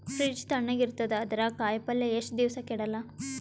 Fridge ತಣಗ ಇರತದ, ಅದರಾಗ ಕಾಯಿಪಲ್ಯ ಎಷ್ಟ ದಿವ್ಸ ಕೆಡಲ್ಲ?